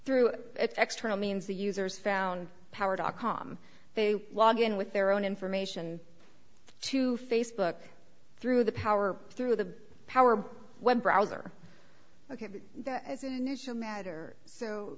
through extra means the users found power dot com they log in with their own information to facebook through the power through the power web browser ok that as an initial matter so